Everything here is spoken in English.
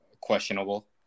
questionable